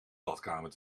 badkamer